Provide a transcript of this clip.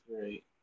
great